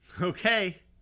Okay